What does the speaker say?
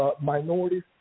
minorities